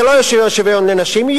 זה לא שוויון לנשים,